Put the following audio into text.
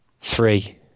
Three